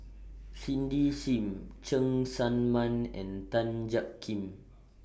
Cindy SIM Cheng Tsang Man and Tan Jiak Kim